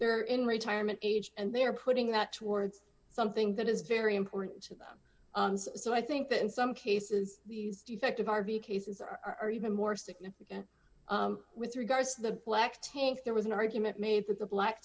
they're in retirement age and they're putting that towards something that is very important to them so i think that in some cases these defective r v cases are even more significant with regards to the black tank there was an argument made that the black